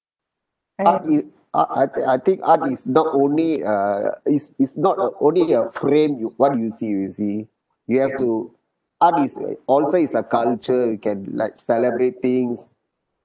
art is art I I think art is not only uh is is not a only a frame you what do you see you see you have to art is also is a culture you can like celebrate things